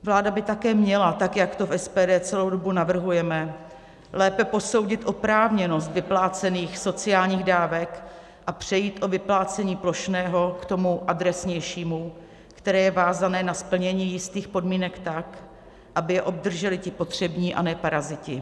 Vláda by také měla, tak jak to v SPD celou dobu navrhujeme, lépe posoudit oprávněnost vyplácených sociálních dávek a přejít od vyplácení plošného k tomu adresnějšímu, které je vázané na splnění jistých podmínek, tak aby je obdrželi ti potřební, a ne paraziti.